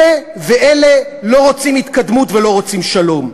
אלה ואלה לא רוצים התקדמות ולא רוצים שלום.